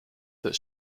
that